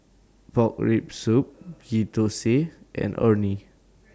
Pork Rib Soup Ghee Thosai and Orh Nee